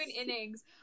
innings